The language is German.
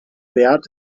wert